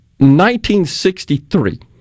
1963